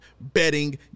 betting